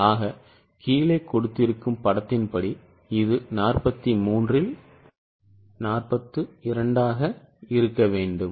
ஆக கீழே கொடுத்திருக்கும் படத்தின்படி இது 43 இல் 42 ஆக இருக்க வேண்டும்